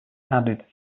added